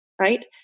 right